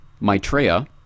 Maitreya